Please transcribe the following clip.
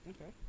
Okay